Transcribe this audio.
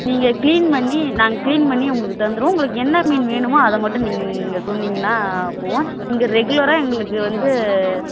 நீங்கள் கிளீன் பண்ணி நாங்கள் கிளீன் பண்ணி உங்களுக்கு தந்துவிடுவோம் உங்களுக்கு என்ன மீன் வேணுமோ அதை மட்டும் நீங்க நீங்கள் சொன்னீங்கனா போதும் இங்கே ரெகுலராக எங்களுக்கு வந்து